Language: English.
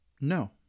No